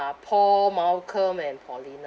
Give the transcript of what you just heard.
paul malcolm and pauline ah